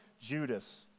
Judas